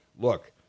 look